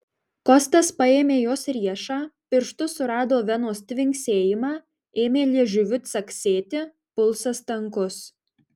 kostas paėmė jos riešą pirštu surado venos tvinksėjimą ėmė liežuviu caksėti pulsas tankus